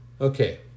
Okay